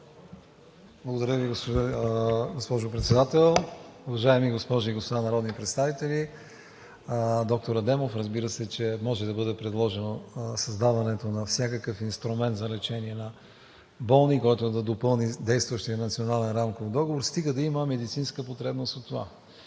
Благодаря Ви, госпожо Председател. Уважаеми госпожи и господа народни представители! Доктор Адемов, разбира се, че може да бъде предложено създаването на всякакъв инструмент за лечение на болни, който да допълни действащия Национален рамков договор, стига да има медицинска потребност от това